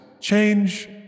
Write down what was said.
change